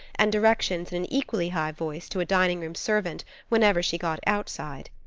and directions in an equally high voice to a dining-room servant whenever she got outside.